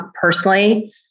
personally